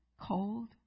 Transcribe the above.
cold